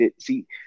see